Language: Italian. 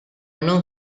non